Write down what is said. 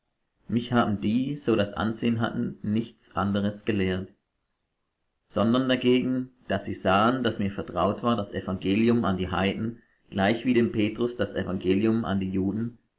mich haben die so das ansehen hatten nichts anderes gelehrt sondern dagegen da sie sahen daß mir vertraut war das evangelium an die heiden gleichwie dem petrus das evangelium an die juden